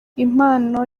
impano